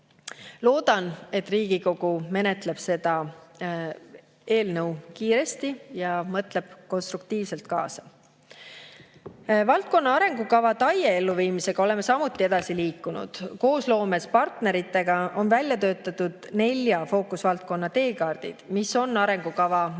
Loodan, et Riigikogu menetleb seda eelnõu kiiresti ja mõtleb konstruktiivselt kaasa. Valdkonna arengukava TAIE elluviimisega oleme samuti edasi liikunud. Koosloomes partneritega on välja töötatud nelja fookusvaldkonna teekaardid, mis on arengukava meetmete